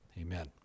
Amen